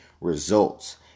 results